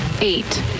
eight